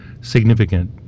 significant